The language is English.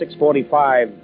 6.45